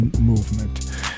movement